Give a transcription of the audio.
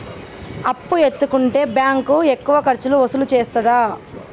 అప్పు ఎత్తుకుంటే బ్యాంకు ఎక్కువ ఖర్చులు వసూలు చేత్తదా?